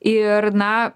ir na